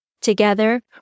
Together